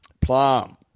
Plum